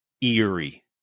eerie